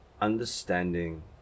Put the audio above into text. understanding